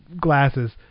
glasses